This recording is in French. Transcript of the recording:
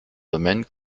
domaine